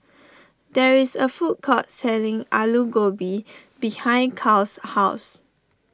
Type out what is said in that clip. there is a food court selling Alu Gobi behind Kyle's house